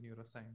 neuroscience